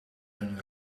hun